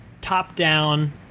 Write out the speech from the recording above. top-down